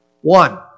One